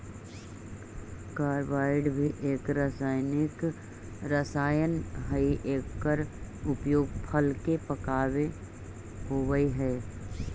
carbide भी एक रसायन हई एकर प्रयोग फल के पकावे होवऽ हई